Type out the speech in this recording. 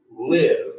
live